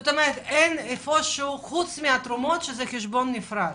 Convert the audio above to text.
אין עוד איפה שהוא, חוץ מהתרומות שזה תקציב נפרד?